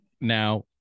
now